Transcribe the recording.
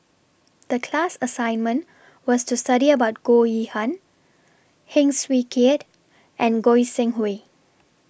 The class assignment was to study about Goh Yihan Heng Swee Keat and Goi Seng Hui